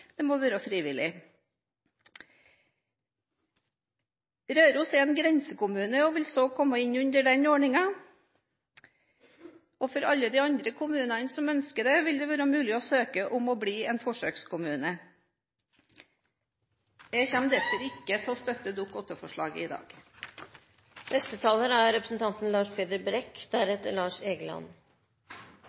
Det må være frivillig. Røros er en grensekommune og vil dermed komme innunder den ordningen. For alle de andre kommunene som måtte ønske det, vil det være mulig å søke om å bli en forsøkskommune. Jeg kommer derfor ikke til å støtte Dokument nr. 8-forslaget i dag.